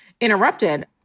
interrupted